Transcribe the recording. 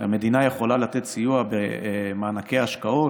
המדינה יכולה לתת סיוע במענקי השקעות,